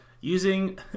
Using